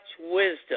wisdom